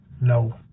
no